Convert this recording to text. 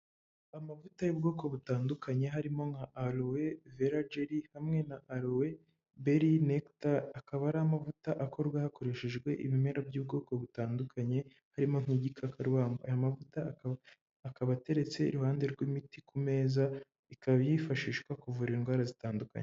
Amavuta y'ubwoko butandukanye harimo nka aluwe berageri hamwe na aluwe beranekita, akaba ari amavuta akorwa hakoreshejwe ibimera by'ubwoko butandukanye harimo nk'igikakabamba. Aya mavuta akaba ateretse iruhande rw'imiti ku meza, ikaba yifashishwa kuvura indwara zitandukanye.